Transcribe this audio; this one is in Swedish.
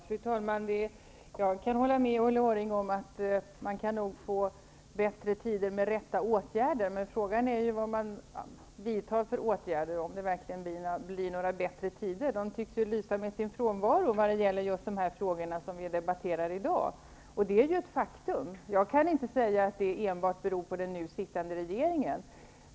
Fru talman! Jag kan hålla med Ulla Orring om att man kan få bättre tider med de rätta åtgärderna. Frågan är vilka åtgärder man vidtar, och om det verkligen blir några bättre tider. De tycks lysa med sin frånvaro när det gäller de frågor som vi debatterar i dag. Det är ett faktum. Jag kan inte säga att det enbart beror på den nu sittande regeringen.